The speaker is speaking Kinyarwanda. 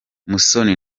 musoni